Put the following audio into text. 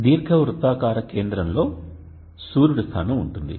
దీర్ఘవృత్తాకార కేంద్రంలో సూర్యుడి స్థానం ఉంటుంది